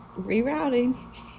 rerouting